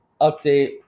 update